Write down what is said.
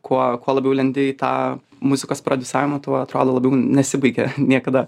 kuo kuo labiau lendi į tą muzikos prodiusavimą tuo atrodo labiau nesibaigia niekada